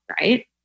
right